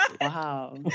wow